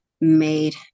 made